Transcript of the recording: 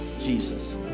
Jesus